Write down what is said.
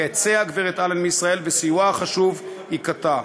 תצא הגברת אלן מישראל וסיועה החשוב ייקטע".